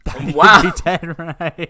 Wow